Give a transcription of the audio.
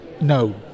no